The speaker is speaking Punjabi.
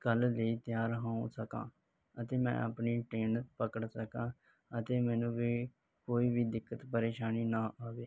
ਕੱਲ੍ਹ ਲਈ ਤਿਆਰ ਹੋ ਸਕਾਂ ਅਤੇ ਮੈਂ ਆਪਣੀ ਟਰੇਨ ਪਕੜ ਸਕਾਂ ਅਤੇ ਮੈਨੂੰ ਵੀ ਕੋਈ ਵੀ ਦਿੱਕਤ ਪਰੇਸ਼ਾਨੀ ਨਾ ਆਵੇ